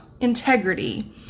integrity